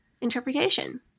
interpretation